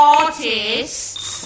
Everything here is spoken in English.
artists